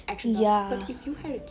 ya